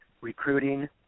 recruiting